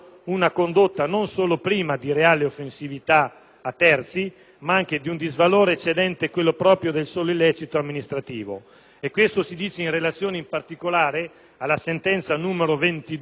a terzi, ma anche di un disvalore eccedente quello proprio del solo illecito amministrativo. Questo si dice in relazione, in particolare, alla sentenza n. 22 del 2007 della Corte costituzionale.